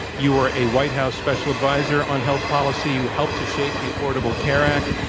you were a white house special advisor on health policy. you helped to shape the affordable care act.